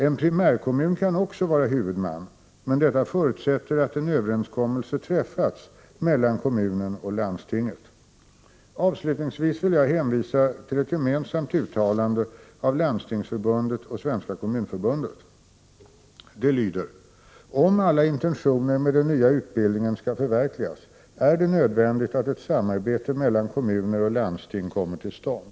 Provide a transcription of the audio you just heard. En primärkommun kan också vara huvudman, men detta förutsätter att en överenskommelse träffats mellan kommunen och landstinget. Avslutningsvis vill jag hänvisa till ett gemensamt uttalande av Landstingsförbundet och Svenska kommunförbundet: ”Om alla intentioner med den nya utbildningen skall förverkligas är det nödvändigt att ett samarbete mellan kommuner och landsting kommer till stånd.”